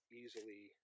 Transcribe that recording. easily